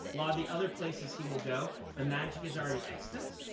lot of the other places he will go, the magic is already extant,